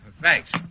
Thanks